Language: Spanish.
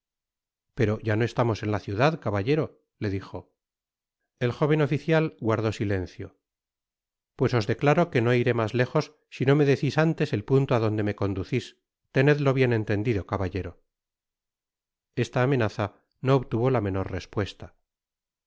pero ya no estamos en la ciudad caballero le dijo el jóven oficial guardó silencio pues os declaro que no iré mas lejos si no me decis antes el punto á donde me conducis tenedlo bien entendido caballero esta amenaza no obtuvo la menor respuesta